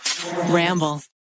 Ramble